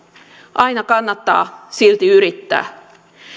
aina kannattaa silti yrittää